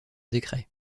décret